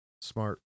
Smart